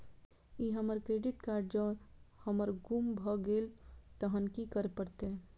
ई हमर credit card जौं हमर गुम भ गेल तहन की करे परतै?